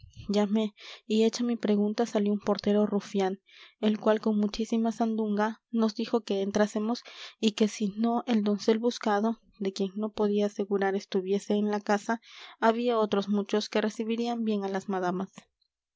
llamé y hecha mi pregunta salió un portero rufián el cual con muchísima sandunga nos dijo que entrásemos y que si no el doncel buscado de quien no podía asegurar estuviese en la casa había otros muchos que recibirían bien a las madamas